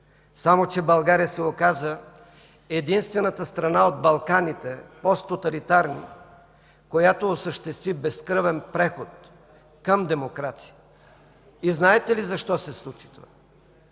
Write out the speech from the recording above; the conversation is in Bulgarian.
Само че България се оказа единствената страна от Балканите – посттоталитарни, която осъществи безкръвен преход към демокрация. И знаете ли защо се случи това?